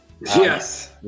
Yes